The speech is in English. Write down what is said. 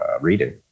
reading